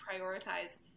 prioritize